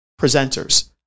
presenters